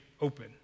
open